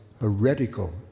heretical